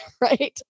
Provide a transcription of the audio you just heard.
Right